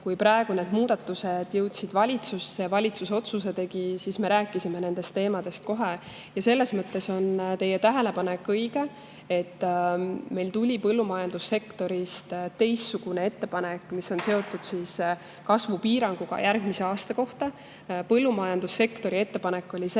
kui praegu need muudatused jõudsid valitsusse ja valitsus tegi otsuse, siis me rääkisime nendest teemadest kohe. Selles mõttes teie tähelepanek on õige, et meile tuli põllumajandussektorist teistsugune ettepanek, mis on seotud järgmise aasta kasvupiiranguga. Põllumajandussektori ettepanek oli see,